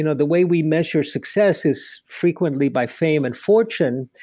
you know the way we measure success is frequent ly by fame and fortune.